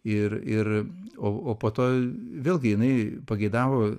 ir ir o o po to vėlgi jinai pageidavo